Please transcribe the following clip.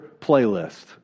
playlist